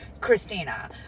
christina